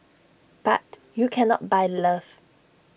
but you cannot buy love